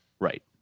right